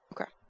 okay